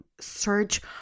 search